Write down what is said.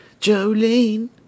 Jolene